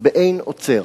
באין עוצר.